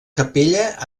capella